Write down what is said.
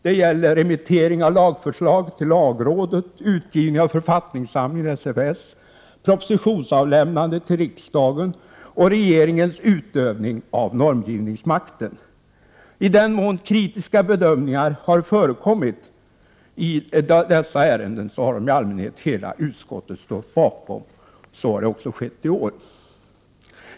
Det gäller remittering av lagförslag till lagrådet, utgivning av författningssamlingen SFS, propositionsavlämnandet till riksdagen och regeringens utövning av normgivningsmakten. I den mån kritiska bedömningar har förekommit i dessa ärenden har i allmänhet hela utskottet stått bakom — så har också skett i år.